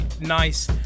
Nice